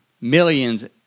millions